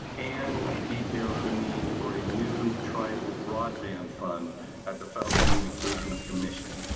and details the need for a new tribal broadband fund at the federal communications commission.